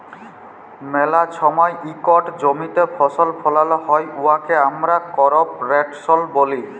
ম্যালা সময় ইকট জমিতে ফসল ফলাল হ্যয় উয়াকে আমরা করপ রটেশল ব্যলি